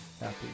happy